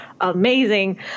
amazing